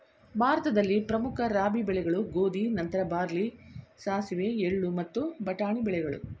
ಭಾರತದಲ್ಲಿ ಪ್ರಮುಖ ರಾಬಿ ಬೆಳೆಗಳು ಗೋಧಿ ನಂತರ ಬಾರ್ಲಿ ಸಾಸಿವೆ ಎಳ್ಳು ಮತ್ತು ಬಟಾಣಿ ಬೆಳೆಗಳು